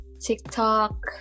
TikTok